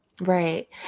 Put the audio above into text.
right